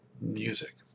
music